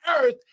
earth